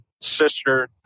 sister